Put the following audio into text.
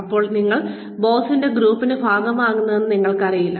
എപ്പോഴാണ് നിങ്ങൾ ബോസിന്റെ ഗ്രൂപ്പിന്റെ ഭാഗമാകുന്നതെന്ന് നിങ്ങൾക്കറിയില്ല